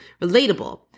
relatable